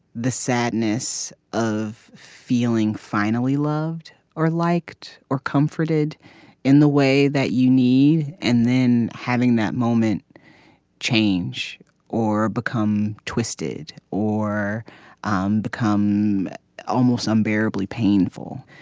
the sadness of feeling finally loved or liked or comforted in the way that you need and then having that moment change or become twisted or um become almost unbearably painful